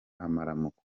amaramuko